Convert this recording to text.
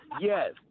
Yes